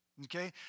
Okay